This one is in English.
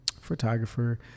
Photographer